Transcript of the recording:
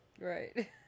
Right